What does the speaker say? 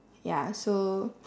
ya so